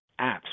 apps